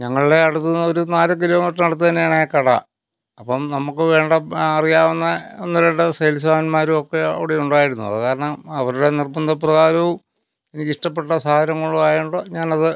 ഞങ്ങളുടെ അടുത്തുനിന്നൊരു നാല് കിലോമീറ്റർ അടുത്ത് തന്നെയാണ് ആ കട അപ്പം നമുക്ക് വേണ്ട അറിയാവുന്ന ഒന്ന് രണ്ട് സെയിൽസ്മാൻമാരും ഒക്കെ അവിടെ ഉണ്ടായിരുന്നു അത് കാരണം അവരുടെ നിർബന്ധ പ്രകാരവും എനിക്ക് ഇഷ്ടപ്പെട്ട സാധനങ്ങളും ആയതുകൊണ്ടാണ് ഞാനത്